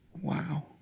Wow